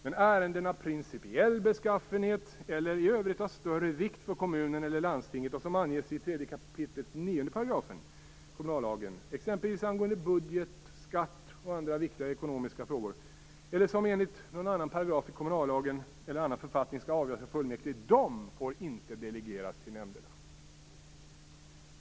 Men ärenden av principiell beskaffenhet eller i övrigt av större vikt för kommunen eller landstinget och som anges i 3 kap. 9 § kommunallagen, exempelvis angående budget, skatt och andra viktiga ekonomiska frågor, eller som enligt någon annan paragraf i kommunallagen eller annan författning skall avgöras av fullmäktige får inte delegeras till nämnderna.